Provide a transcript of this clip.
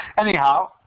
Anyhow